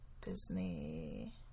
Disney